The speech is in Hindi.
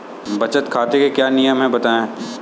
बचत खाते के क्या नियम हैं बताएँ?